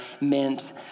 meant